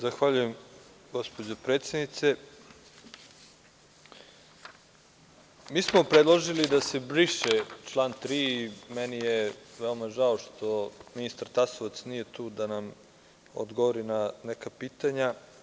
Zahvaljujem gospođo predsednice, mi smo predložili da se briše član 3. Meni je veoma žao što ministar Tasovac nije tu da nam odgovori na neka pitanja.